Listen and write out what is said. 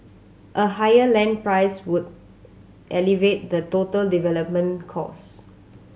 a higher land price would elevate the total development cost